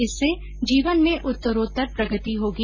इससे जीवन में उत्तरोतर प्रगति होगी